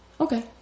okay